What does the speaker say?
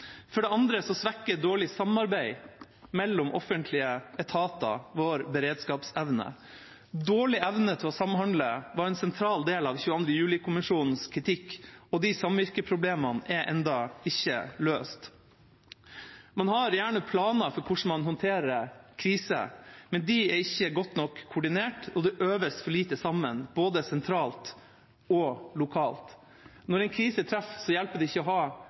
For det andre svekker dårlig samarbeid mellom offentlige etater vår beredskapsevne. Dårlig evne til å samhandle var en sentral del av 22. juli-kommisjonens kritikk, og de samvirkeproblemene er ennå ikke løst. Man har gjerne planer for hvordan man håndterer kriser, men de er ikke godt nok koordinert, og det øves for lite sammen, både sentralt og lokalt. Når en krise treffer, hjelper det ikke å ha